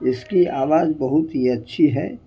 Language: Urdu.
اس کی آواز بہت ہی اچھی ہے